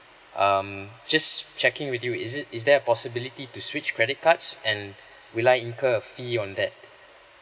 um just checking with you is it is there a possibility to switch credit cards and will I incur a fee on that